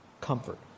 comfort